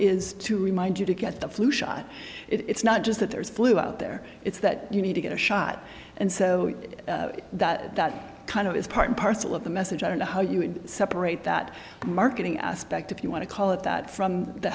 is to remind you to get the flu shot it's not just that there's flu out there it's that you need to get a shot and so that that kind of is part and parcel of the message i don't know how you would separate that marketing aspect if you want to call it that from the